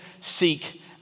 seek